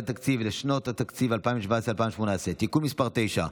התקציב לשנות התקציב 2017 ו-2018) (תיקון מס' 9),